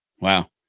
Wow